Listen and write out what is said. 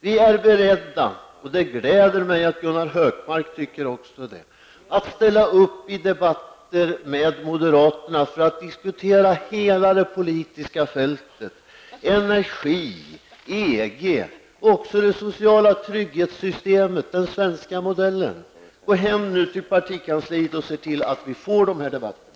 Vi är beredda -- och det glädjer mig att Gunnar Hökmark också tycker så -- att ställa upp i debatter med moderaterna för att diskutera hela det politiska fältet, t.ex. energi, EG, det social trygghetssystemet och den svenska modellen. Gå hem till partikansliet och se till att vi får dessa debatter.